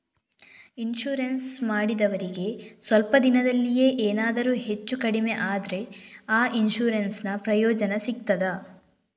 Insurance ಮಾಡಿದವರಿಗೆ ಸ್ವಲ್ಪ ದಿನದಲ್ಲಿಯೇ ಎನಾದರೂ ಹೆಚ್ಚು ಕಡಿಮೆ ಆದ್ರೆ ಆ ಇನ್ಸೂರೆನ್ಸ್ ನ ಪ್ರಯೋಜನ ಸಿಗ್ತದ?